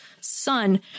son